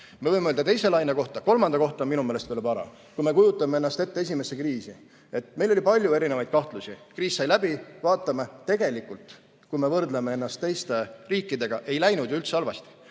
me võime öelda teise laine kohta, aga kolmanda kohta on minu meelest veel vara. Kui me kujutame ennast ette esimesse kriisi, siis meil oli palju erinevaid kahtlusi. Kriis sai läbi, vaatame, et tegelikult, kui me võrdleme ennast teiste riikidega, ei läinud ju üldse halvasti.